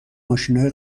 ماشینای